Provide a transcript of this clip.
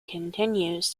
continues